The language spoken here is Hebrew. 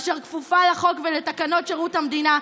אשר כפופה לחוק ולתקנות שירות המדינה,